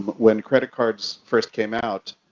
when credit cards first came out,